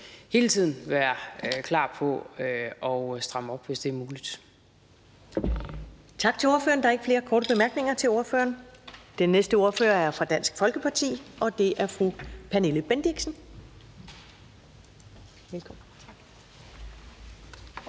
hele tiden være klar til at stramme op, hvis det er muligt.